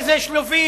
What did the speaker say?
איזה שלובים?